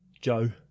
joe